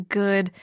good